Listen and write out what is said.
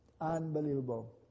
Unbelievable